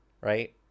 right